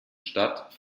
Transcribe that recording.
stadt